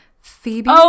Phoebe